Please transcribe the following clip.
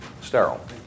sterile